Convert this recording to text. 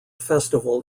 festival